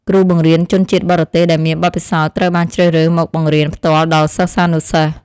គ្រូបង្រៀនជនជាតិបរទេសដែលមានបទពិសោធន៍ត្រូវបានជ្រើសរើសមកបង្រៀនផ្ទាល់ដល់សិស្សានុសិស្ស។